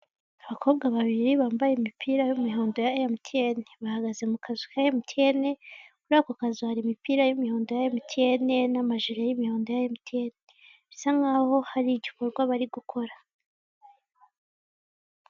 Abobwa babiri bambaye imipira y'imihondo ya emutiyene, bahagaze mu kazu ka emutiyene muri ako kazu hari imipira y'imihondo ya emutiyene n'amajiri y'imihondo ya emutiyene, bisa nk'aho hari igikorwa bari hukora.